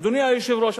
אדוני היושב-ראש,